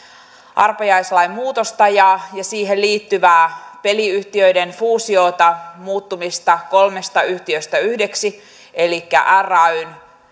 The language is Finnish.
arpajaislain muutosta ja siihen liittyvää peliyhtiöiden fuusiota muuttumista kolmesta yhtiöstä yhdeksi elikkä rayn